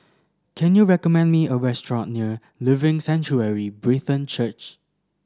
can you recommend me a restaurant near Living Sanctuary Brethren Church